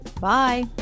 Bye